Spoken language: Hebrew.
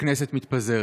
שהכנסת מתפזרת.